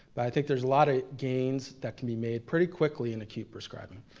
but i think there's a lot of gains that can be made pretty quickly in acute prescribing.